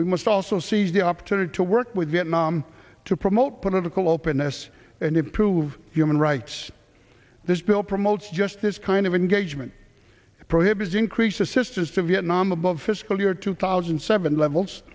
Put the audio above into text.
we must also seize the opportunity to work with vietnam to promote political openness and improve human rights this bill promotes just this kind of engagement prohibits increase assistance to vietnam above fiscal year two thousand and seven levels